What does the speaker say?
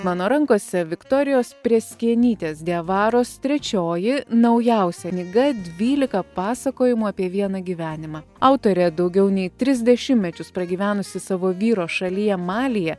mano rankose viktorijos prėskienytės diavaros trečioji naujausia knyga dvylika pasakojimų apie vieną gyvenimą autorė daugiau nei tris dešimtmečius pragyvenusi savo vyro šalyje malyje